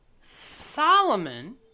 solomon